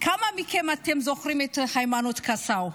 כמה מכם זוכרים את היימנוט קסאו?